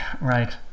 Right